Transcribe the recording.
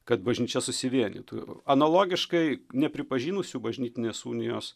kad bažnyčia susivienytų analogiškai nepripažinusių bažnytinės unijos